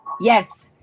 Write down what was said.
Yes